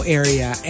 area